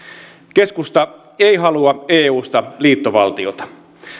keskusta ei halua eusta liittovaltiota